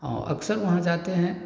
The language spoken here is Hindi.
और अक्सर वहाँ जाते हैं